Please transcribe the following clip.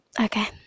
Okay